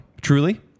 truly